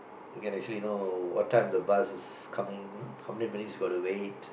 you can actually know what time the bus is coming how many minutes you got to wait